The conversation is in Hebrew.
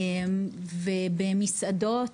במסעדות,